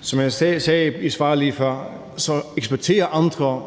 Som jeg sagde i svaret lige før, eksporterer andre